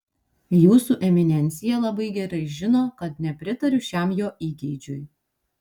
jūsų eminencija labai gerai žino kad nepritariu šiam jo įgeidžiui